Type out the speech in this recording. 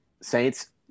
Saints